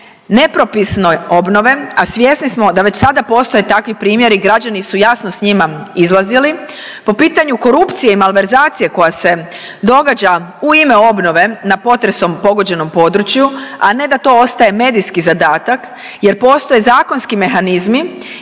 nepropisne obnove, a svjesni smo da već sada postoje takvi primjeri građani su jasno s njima izlazili po pitanju korupcije i malverzacije koja se događa u ime obnove na potresom pogođenom području, a ne da to ostaje medijski zadatak jer postoje zakonski mehanizmi